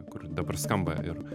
kur dabar skamba ir